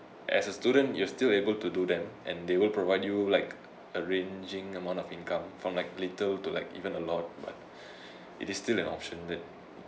as a student you are still able to do them and they will provide you like arranging amount of income from like little to like even a lot but it is still an option that